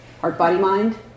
Heart-body-mind